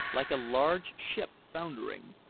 like a large ship foundering,